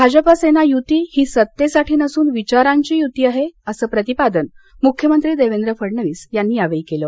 भाजपा सेना युती ही सत्तेसाठी नसून विचारांची युती आहे असं प्रतिपादन मुख्यमंत्री देवेंद्र फडणवीस यांनी यावेळी केलं